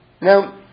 Now